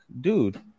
dude